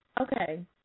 Okay